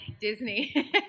Disney